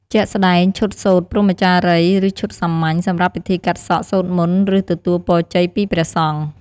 ជាក់ស្ដែង ឈុតសូត្រព្រហ្មចារីយ៍ ឬឈុតសាមញ្ញ សម្រាប់ពិធីកាត់សក់ សូត្រមន្ត ឬទទួលពរជ័យពីព្រះសង្ឃ។